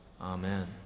amen